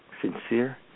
sincere